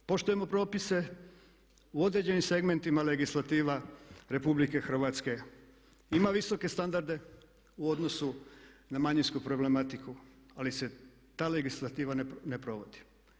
Poštujemo propise, u određenim segmentima legislativa RH ima visoke standarde u odnosu na manjinsku problematiku ali se ta legislativa ne provodi.